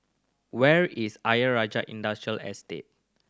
where is Ayer Rajah Industrial Estate